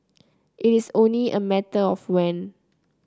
it is only a matter of when